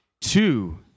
two